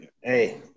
Hey